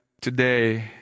today